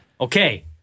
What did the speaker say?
Okay